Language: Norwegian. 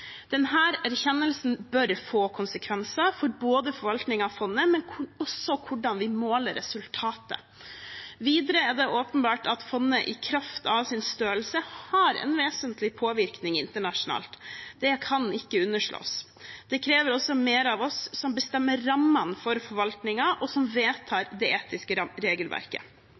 erkjennelsen bør få konsekvenser både for forvaltningen av fondet og for hvordan vi måler resultatet. Videre er det åpenbart at fondet i kraft av sin størrelse har en vesentlig påvirkning internasjonalt. Det kan ikke underslås. Det krever også mer av oss som bestemmer rammene for forvaltningen, og som vedtar det etiske regelverket.